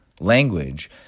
Language